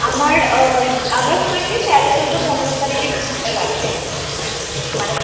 আমার আগস্ট মাসে তেরো চৌদ্দ পনেরো তারিখের টিকিটটা লাগবে মানে